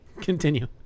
Continue